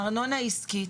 ארנונה עסקית,